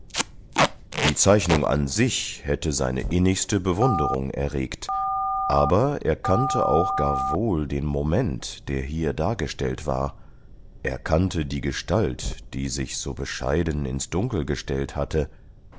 die zeichnung an sich hätte seine innigste bewunderung erregt aber er kannte auch gar wohl den moment der hier dargestellt war er kannte die gestalt die sich so bescheiden ins dunkel gestellt hatte